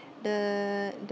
the the